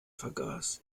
vergaß